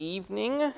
Evening